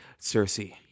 cersei